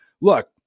Look